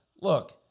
look